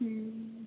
हुँ